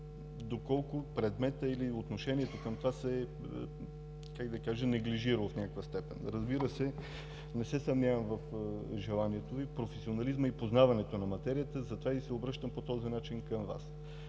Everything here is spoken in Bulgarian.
доколко предметът или отношение към това се е, как да кажа, неглижирало в някаква степен. Разбира се, не се съмнявам в желанието Ви професионализмът и познаването на материята. Затова се обръщам по този начин към Вас.